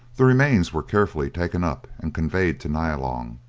the remains were carefully taken up and conveyed to nyalong